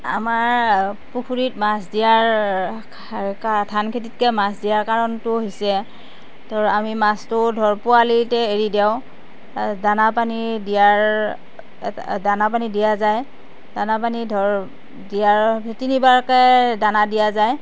আমাৰ পুখুৰীত মাছ দিয়াৰ ধান খেতিতকৈ মাছ দিয়াৰ কাৰণটো হৈছে ধৰক আমি মাছতো ধৰক পোৱালীতে এৰি দিওঁ দানা পানী দিয়াৰ দানা পানী দিয়া যায় দানা পানী ধৰক তিনিবাৰকৈ দিয়া যায়